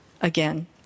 Again